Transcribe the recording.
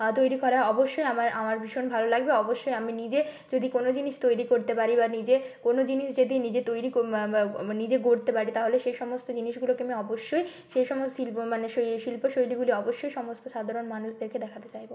তৈরি করা অবশ্যই আমার আমার ভীষণ ভালো লাগবে অবশ্যই আমি নিজে যদি কোনও জিনিস তৈরি করতে পারি বা নিজে কোনও জিনিস যদি নিজে তৈরি কো মানে নিজে গড়তে পারি তাহলে সেই সমস্ত জিনিসগুলোকে আমি অবশ্যই সেই সমস শিল্প মানে সেই শিল্পশৈলীগুলি অবশ্যই সমস্ত সাধারণ মানুষদেরকে দেখাতে চাইবো